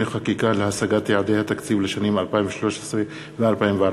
חקיקה להשגת יעדי התקציב לשנים 2013 ו-2014),